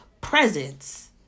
presence